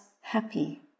happy